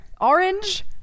Orange